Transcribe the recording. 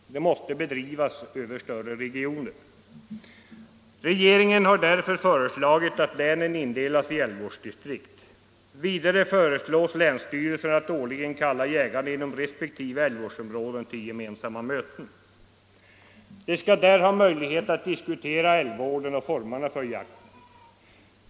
Den måste bedrivas i större regioner. Regeringen har därför föreslagit att länen indelas i älgvårdsdistrikt. Vidare föreslås länsstyrelserna att årligen kalla jägarna inom resp. älgvårdsområden till gemensamma möten. De skall där ha möjlighet att diskutera älgvården och formerna för jakten.